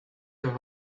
your